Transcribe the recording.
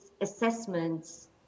assessments